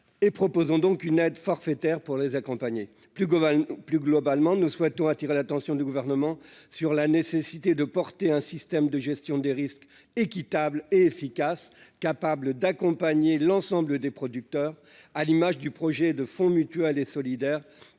et proposant donc une aide forfaitaire pour les accompagner, plus globalement, plus globalement, nous souhaitons attirer l'attention du gouvernement sur la nécessité de porter un système de gestion des risques équitable et efficace, capable d'accompagner l'ensemble des producteurs à l'image du projet de fonds mutuels et solidaire